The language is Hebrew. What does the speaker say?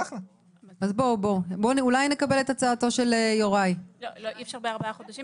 אי אפשר בארבעה חודשים,